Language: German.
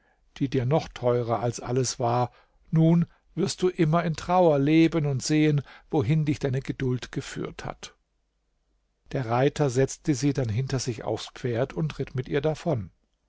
die dir noch teurer als alles war nun wirst du immer in trauer leben und sehen wohin dich deine geduld geführt hat der reiter setzte sie dann hinter sich aufs pferd und ritt mit ihr davon